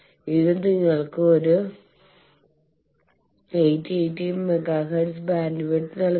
ഇത് നിങ്ങൾക്ക് ഒരു 880 മെഗാ ഹെർട്സ് ബാൻഡ്വിഡ്ത്ത് നൽകുന്നു